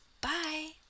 Bye